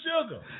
sugar